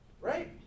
Right